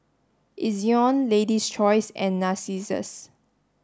Ezion Lady's Choice and Narcissus